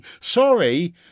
sorry